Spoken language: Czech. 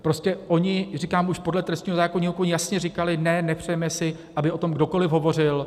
Prostě oni říkám, už podle trestního zákoníku jasně říkali ne, nepřejeme si, aby o tom kdokoliv hovořil.